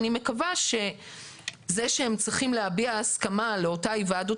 אני מקווה שזה שהם צריכים להביע הסכמה לאותה היוועדות